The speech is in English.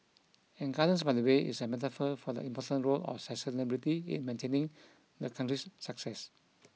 and Gardens by the Bay is a metaphor for the important role of sustainability in maintaining the country's success